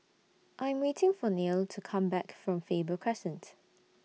I'm waiting For Neil to Come Back from Faber Crescent